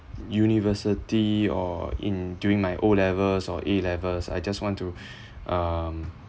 university or in during my O levels or A levels I just want to um